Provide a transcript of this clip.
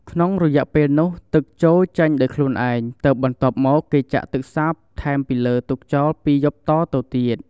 ក្នុងរយៈពេលនោះទឹកជោរចេញដោយខ្លួនឯង ទើបបន្ទាប់មកគេចាក់ទឹកសាបថែមហើយទុកចោល២យប់តទៅទៀត។